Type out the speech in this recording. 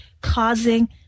causing